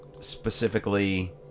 specifically